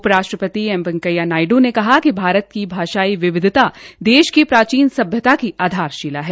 उप राष्ट्रपति एम वैकेंया नायडू ने कहा कि भारत की भाषा विविधता देश की प्राचीन सभ्यता की आधारशिला है